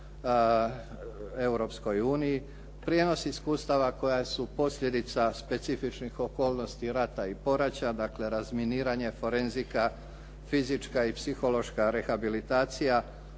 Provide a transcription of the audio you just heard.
uniji, prijenos iskustava koja su posljedica specifičnih okolnosti rata i poraća, dakle razminiranje, forenzika, fizička i psihološka rehabilitacija,